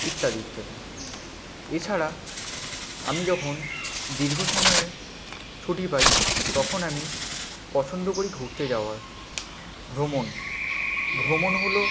ইত্যাদি ইত্যাদি এ ছাড়া আমি যখন দীর্ঘ সময়ের ছুটি পাই তখন আমি পছন্দ করি ঘুরতে যাওয়ার ভ্রমণ ভ্রমণ হল